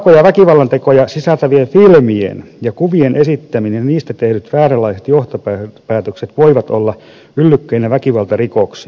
raakoja väkivallantekoja sisältävien filmien ja kuvien esittäminen ja niistä tehdyt vääränlaiset johtopäätökset voivat olla yllykkeinä väkivaltarikoksiin